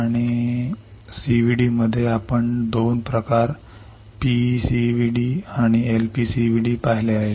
आणि CVD मध्ये आपण 2 प्रकार PECVD आणि LPCVD पाहिले आहेत